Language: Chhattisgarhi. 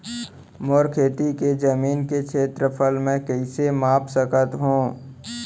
मोर खेती के जमीन के क्षेत्रफल मैं कइसे माप सकत हो?